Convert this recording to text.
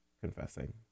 confessing